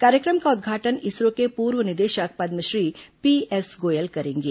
कार्यक्रम का उद्घाटन इसरो के पूर्व निदेशक पद्मश्री पीएस गोयल करेंगे